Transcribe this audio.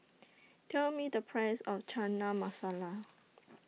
Tell Me The Price of Chana Masala